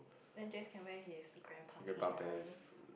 then Jeff can wear his grandpa pants